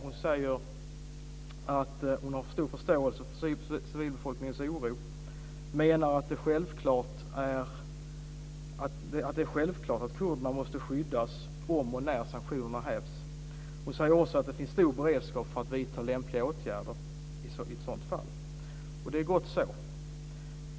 Hon säger sig ha stor förståelse för civilbefolkningens oro och menar att det är självklart att kurderna måste skyddas om och när sanktionerna hävs. Hon säger också att det finns stor beredskap för att vidta lämpliga åtgärder i ett sådant fall. Det är gott så.